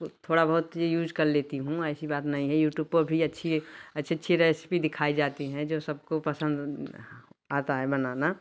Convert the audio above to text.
थोड़ा बहुत ही यूज कर लेती हूँ ऐसी बात नहीं है यूट्यूब पर भी अच्छी अच्छी रेसिपी दिखाई जाती है जो सबको पसंद आता है बनाना